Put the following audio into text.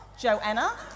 Joanna